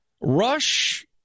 Rush